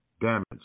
damage